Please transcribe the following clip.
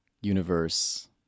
universe